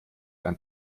ein